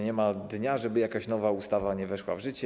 Nie ma dnia, żeby jakaś nowa ustawa nie weszła w życie.